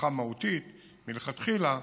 הנחה מהותית מלכתחילה,